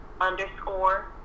underscore